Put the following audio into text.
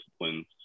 disciplines